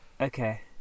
Okay